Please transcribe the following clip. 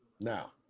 Now